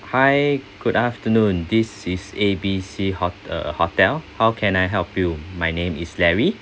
hi good afternoon this is A B C hot~ uh hotel how can I help you my name is larry